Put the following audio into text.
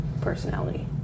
personality